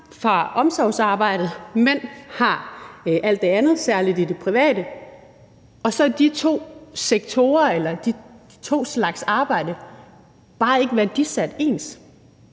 får omsorgsarbejdet, og mænd har alt det andet, særlig i det private, og så er de to sektorer eller de to slags arbejde bare ikke værdisat ens.